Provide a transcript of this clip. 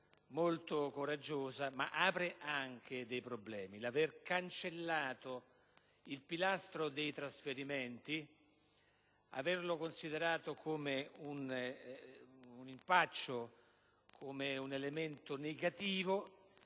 molto coraggiosa, ma apre anche dei problemi: l'aver cancellato il pilastro dei trasferimenti, averlo considerato come un impaccio e un elemento negativo